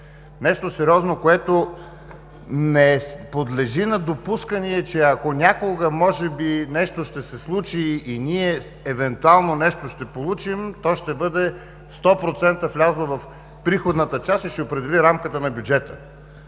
Нещо сериозно, което не подлежи на допускания, че ако някога може би нещо ще се случи и ние евентуално нещо ще получим, то ще бъде 100% влязло в приходната част и ще определи рамката на бюджета.